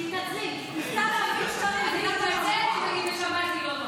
תתנצלי ------ אתנצל אם --- שמעתי או לא.